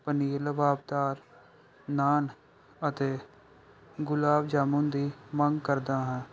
ਪਨੀਰ ਲਬਾਬਦਾਰ ਨਾਨ ਅਤੇ ਗੁਲਾਬ ਜਾਮੁਨ ਦੀ ਮੰਗ ਕਰਦਾ ਹਾਂ